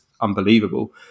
unbelievable